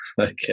Okay